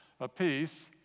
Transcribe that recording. apiece